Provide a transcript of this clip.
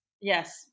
Yes